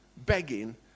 begging